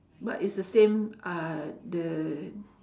but is the same uh the